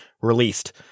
released